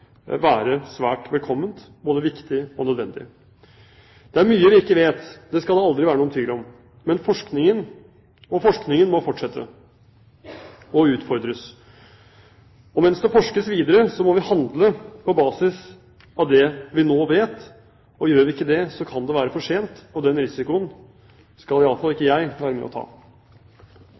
være svært velkomment, både viktig og nødvendig. Det er mye vi ikke vet – det skal det aldri være noen tvil om – og forskningen må fortsatt utfordres, og mens det forskes videre, må vi handle på basis av det vi nå vet. Gjør vi ikke det, kan det være for sent, og den risikoen skal i hvert fall ikke jeg være med å ta.